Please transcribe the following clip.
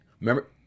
remember